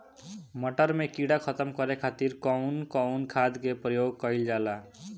मटर में कीड़ा खत्म करे खातीर कउन कउन खाद के प्रयोग कईल जाला?